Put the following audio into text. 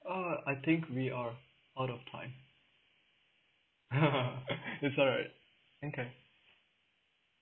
oh I think we are out of time that's all right okay